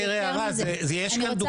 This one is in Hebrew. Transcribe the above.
אני רוצה